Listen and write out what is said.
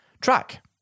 track